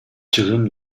чыгым